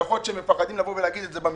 שיכול להיות שהם פוחדים לומר את זה במשרדים,